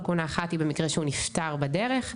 לקונה אחת עם המקרה שהוא נפטר בדרך,